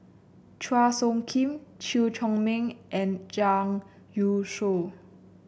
Chua Soo Khim Chew Chor Meng and Zhang Youshuo